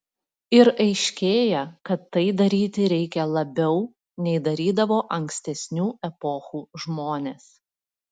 ir aiškėja kad tai daryti reikia labiau nei darydavo ankstesnių epochų žmonės